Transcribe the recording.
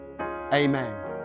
Amen